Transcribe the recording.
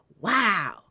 wow